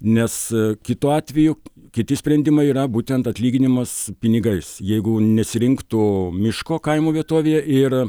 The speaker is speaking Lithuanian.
nes kitu atveju kiti sprendimai yra būtent atlyginimas pinigais jeigu nesirinktų miško kaimo vietovėje ir